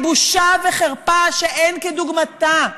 היא בושה וחרפה שאין כדוגמתה.